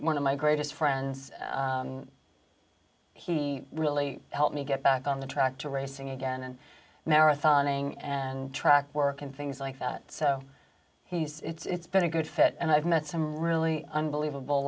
one of my greatest friends he really helped me get back on the track to racing again and marathoning and track work and things like that so he's it's been a good fit and i've met some really unbelievable